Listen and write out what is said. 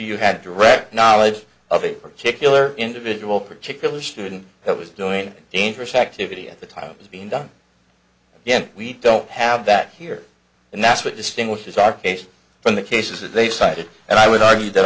you had direct knowledge of a particular individual particular student that was doing interest activity at the time it was being done yes we don't have that here and that's what distinguishes our case from the cases that they cited and i would argue that